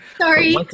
Sorry